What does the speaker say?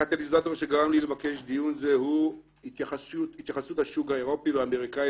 הקטליזטור שגרם לי לבקש דיון הוא התייחסות השוק האירופי והאמריקאי